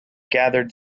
gathered